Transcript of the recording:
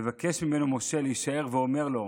מבקש ממנו משה להישאר ואומר לו: